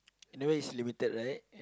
you know it's limited right